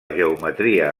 geometria